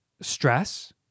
stress